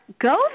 go